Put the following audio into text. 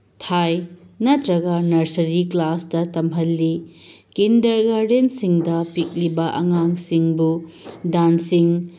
ꯊꯥꯏ ꯅꯠꯇ꯭ꯔꯒ ꯅꯔꯁꯔꯤ ꯀ꯭ꯂꯥꯁꯇ ꯇꯝꯍꯜꯂꯤ ꯀꯤꯟꯗꯔ ꯒꯥꯔꯗꯦꯟꯁꯤꯡꯗ ꯄꯤꯛꯂꯤꯕ ꯑꯉꯥꯡꯁꯤꯡꯕꯨ ꯗꯥꯟꯁꯤꯡ